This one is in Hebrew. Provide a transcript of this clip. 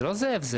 בדיוק.